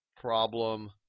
Problem